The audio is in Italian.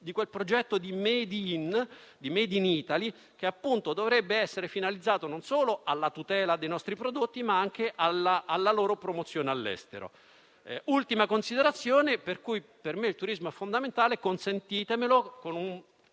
di quel progetto di *made in Italy* che dovrebbe essere finalizzato non solo alla tutela dei nostri prodotti, ma anche alla loro promozione all'estero. L'ultima considerazione per cui, a mio avviso, il turismo è fondamentale - consentitemelo con una